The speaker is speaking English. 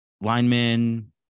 Linemen